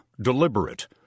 deliberate